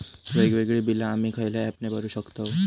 वेगवेगळी बिला आम्ही खयल्या ऍपने भरू शकताव?